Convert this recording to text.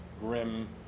grim